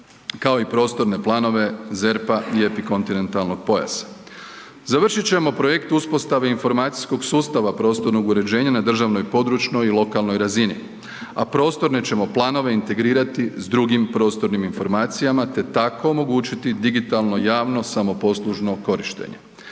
kao i prostorne planove ZERP-a i epikontinentalnog pojasa. Završit ćemo projekt uspostave informacijskog sustava prostornog uređenja na državnoj, područnoj i lokalnoj razini, a prostorne ćemo planove integrirati s drugim prostornim informacijama, te tako omogućiti digitalno i javno samoposlužno korištenje.